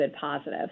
positive